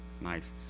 Nice